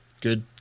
good